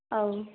ꯑꯥꯎ